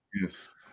Yes